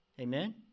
Amen